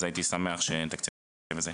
הייתי שמח שנתקצב את זה.